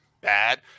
bad